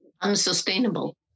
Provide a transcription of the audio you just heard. Unsustainable